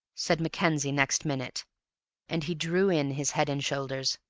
said mackenzie next minute and he drew in his head and shoulders.